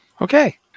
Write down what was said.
okay